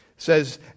says